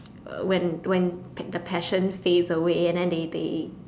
uh when when pa~ the passion fades away and then they they